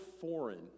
foreign